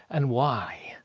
and why?